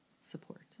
support